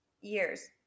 Years